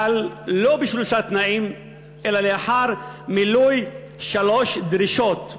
אבל לא בשלושה תנאים אלא לאחר מילוי שלוש דרישות פשוטות.